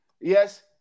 yes